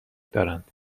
دارند